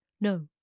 No